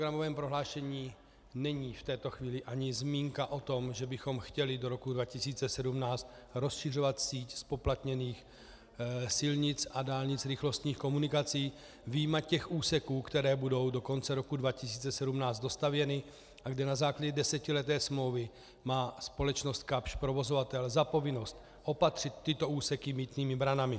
Ve vládním programovém prohlášení není v této chvíli ani zmínka o tom, že bychom chtěli do roku 2017 rozšiřovat síť zpoplatněných silnic a dálnic rychlostních komunikací vyjma těch úseků, které budou do roku 2017 dostavěny a kde na základě desetileté smlouvy má společnost Capsch, provozovatel, za povinnost opatřit tyto úseky mýtnými branami.